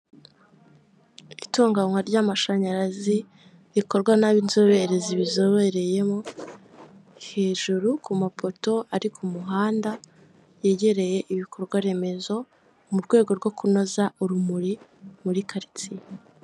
Itunganywa ry'amashanyarazi rikorwa n'ab'inzobere zibizobereyemo, hejuru ku mapoto ari ku muhanda yegereye ibikorwa remezo, mu rwego rwo kunoza urumuri muri karitsiye.